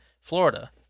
florida